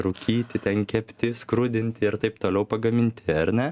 rūkyti ten kepti skrudinti ir taip toliau pagaminti ar ne